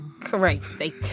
Crazy